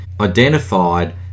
identified